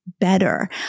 better